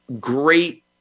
great